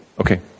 Okay